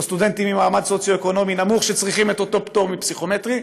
סטודנטים ממעמד סוציו-אקונומי נמוך שצריכים את אותו פטור מפסיכומטרי,